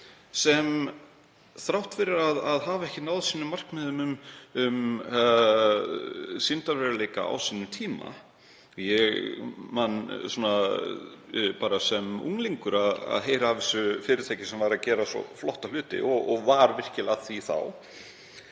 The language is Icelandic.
sem þrátt fyrir að hafa ekki náð markmiðum sínum um sýndarveruleika á sínum tíma — ég man bara sem unglingur að hafa heyrt af þessu fyrirtæki sem var að gera svo flotta hluti og var virkilega að því þá